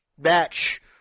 match